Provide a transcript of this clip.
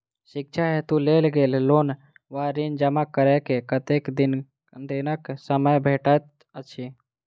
शिक्षा हेतु लेल गेल लोन वा ऋण जमा करै केँ कतेक दिनक समय भेटैत अछि?